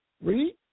Read